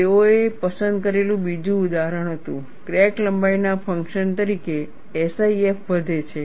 તેઓએ પસંદ કરેલું બીજું ઉદાહરણ હતું ક્રેક લંબાઈના ફંક્શન તરીકે SIF વધે છે